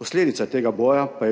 Posledica tega boja pa